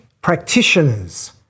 practitioners